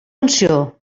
funció